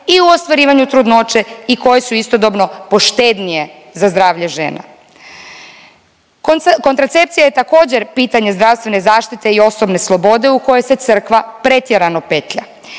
i u ostvarivanju trudnoće i koje su istodobno poštednije za zdravlje žena. Kontracepcija je također pitanje zdravstvene zaštite i osobne slobode u koje se crkva pretjerano petlja.